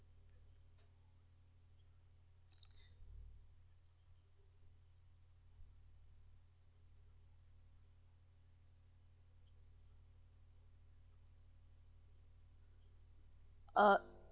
uh